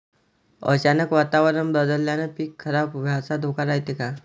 अचानक वातावरण बदलल्यानं पीक खराब व्हाचा धोका रायते का?